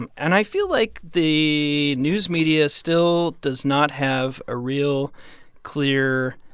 and and i feel like the news media still does not have a real clear